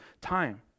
time